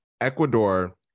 Ecuador